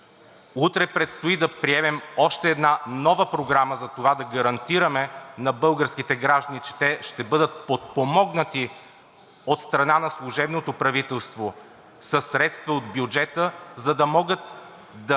Утре предстои да приемем още една нова Програма за това да гарантираме на българските граждани, че те ще бъдат подпомогнати от страна на служебното правителство със средства от бюджета, за да могат да